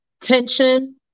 tension